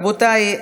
רבותי,